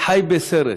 חי בסרט,